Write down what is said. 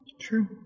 True